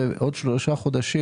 ובעוד שלושה חודשים,